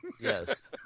Yes